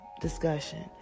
discussion